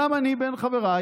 גם אני בין חבריי,